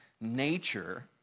nature